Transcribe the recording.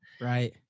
Right